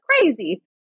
crazy